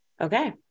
Okay